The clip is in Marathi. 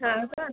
हां हां